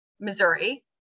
Missouri